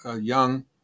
young